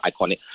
iconic